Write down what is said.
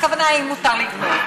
הכוונה היא אם מותר לגנוב.